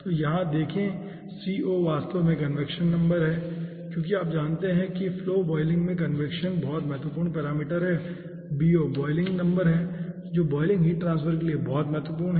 तो यहाँ देखें Co वास्तव में कवेक्शन नंबर है क्योंकि आप जानते हैं कि फ्लो बॉयलिंग में कन्वेक्शन महत्वपूर्ण पैरामीटर है और Bo बॉयलिंग नंबर है जो बॉयलिंग हीट ट्रांसफर के लिए महत्वपूर्ण है